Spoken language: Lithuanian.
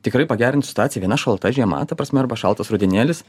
tikrai pagerins situaciją viena šalta žiema ta prasme arba šaltas rudenėlis